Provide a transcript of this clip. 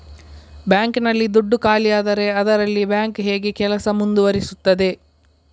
Bank ನಲ್ಲಿ ದುಡ್ಡು ಖಾಲಿಯಾದರೆ ಅದರಲ್ಲಿ ಬ್ಯಾಂಕ್ ಹೇಗೆ ಕೆಲಸ ಮುಂದುವರಿಸುತ್ತದೆ?